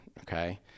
Okay